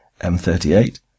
M38